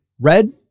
Red